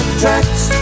tracks